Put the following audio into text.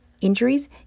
injuries